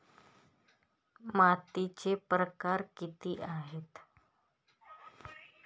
मातीचे प्रकार किती आहेत?